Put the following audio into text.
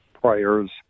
prayers